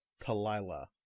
Talila